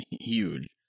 huge